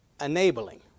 enabling